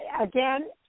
again